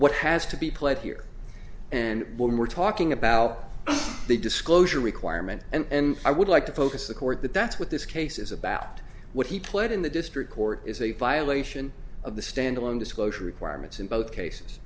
what has to be pled here and we're talking about the disclosure requirement and i would like to focus the court that that's what this case is about what he pled in the district court is a violation of the standalone disclosure requirements in both cases